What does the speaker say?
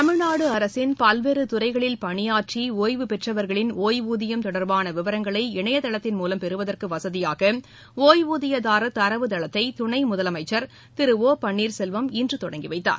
தமிழ்நாடு அரசின் பல்வேறு துறைகளில் பணியாற்றி ஒய்வுபெற்றவர்களின் ஒய்வூதியம் தொடர்பான விவரங்களை இணையதளத்தின் மூலம் பெறுவதற்கு வசதியாக ஒய்வூதியதாரர் தரவு தளத்தை துணை முதலமைச்சர் திரு ஒபன்னீர்செல்வம் இன்று தொடங்கிவைத்தார்